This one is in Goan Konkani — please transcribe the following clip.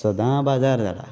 सदां बाजार जाला